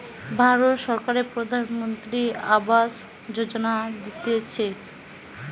ভারত সরকারের প্রধানমন্ত্রী আবাস যোজনা দিতেছে